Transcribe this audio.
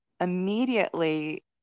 immediately